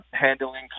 handling